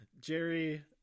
Jerry